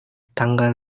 tanggal